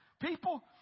people